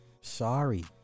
Sorry